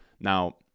Now